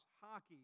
hockey